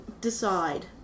decide